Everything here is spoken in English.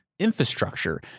infrastructure